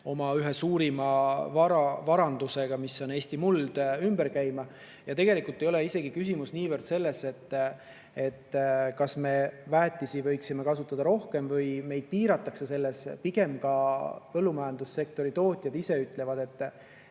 oma ühe suurima varandusega, mis on Eesti muld, ümber käima. Tegelikult ei ole isegi küsimus niivõrd selles, kas me võiksime väetisi rohkem kasutada või meid piiratakse selles. Ka põllumajandussektori tootjad ise ütlevad, et